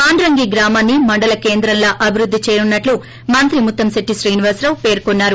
పాండ్రంగి గ్రామాన్ని మండల కేంద్రంలా అభివృద్ద చేయనున్నట్లు మంత్రి ముత్తంశెట్టి శ్రీనివాసరావు పేర్కొన్నారు